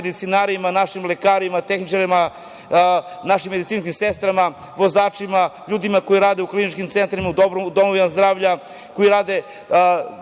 medicinarima, našim lekarima, tehničarima, našim medicinskim sestrama, vozačima, ljudima koji rade u kliničkim centrima, u domovima zdravlja, koji rade